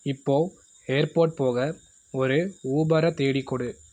இப்போது ஏர்போட் போக ஒரு ஊபரை தேடிக் கொடு